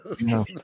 No